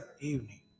evening